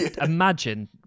Imagine